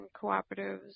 cooperatives